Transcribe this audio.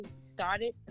started